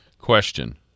question